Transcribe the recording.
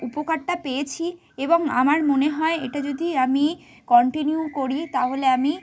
উপকারটা পেয়েছি এবং আমার মনে হয় এটা যদি আমি কন্টিনিউ করি তাহলে আমি